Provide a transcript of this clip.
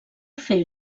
fer